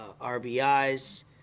RBIs